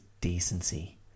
decency